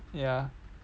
ya